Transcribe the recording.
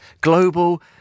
global